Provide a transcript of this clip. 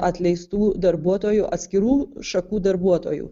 atleistų darbuotojų atskirų šakų darbuotojų